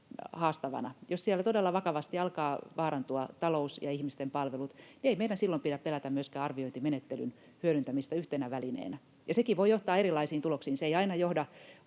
haastavana, jos siellä todella vakavasti alkaa vaarantua talous ja ihmisten palvelut, niin ei meidän silloin pidä pelätä myöskään arviointimenettelyn hyödyntämistä yhtenä välineenä. Sekin voi johtaa erilaisiin tuloksiin. Se ei aina johda